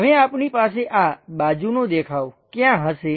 હવે આપણી પાસે આ બાજુનો દેખાવ ક્યાં હશે